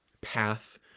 path